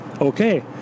okay